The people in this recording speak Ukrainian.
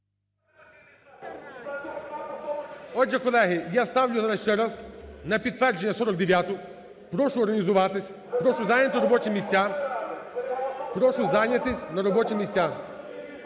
Отже, колеги, я ставлю ще раз на підтвердження 49-у. Прошу організуватись, прошу зайняти робочі місця, прошу зайняти, на робочі місця.